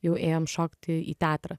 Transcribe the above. jau ėjom šokti į teatrą